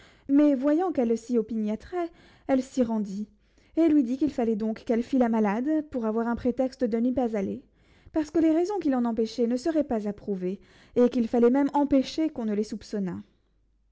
mais voyant qu'elle s'y opiniâtrait elle s'y rendit et lui dit qu'il fallait donc qu'elle fît la malade pour avoir un prétexte de n'y pas aller parce que les raisons qui l'en empêchaient ne seraient pas approuvées et qu'il fallait même empêcher qu'on ne les soupçonnât